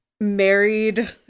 married